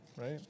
Right